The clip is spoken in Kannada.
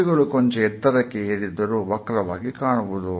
ತುಟಿಗಳು ಕೊಂಚ ಎತ್ತರಕ್ಕೆ ಏರಿದರು ವಕ್ರವಾಗಿ ಕಾಣುವುದು